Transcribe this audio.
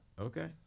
Okay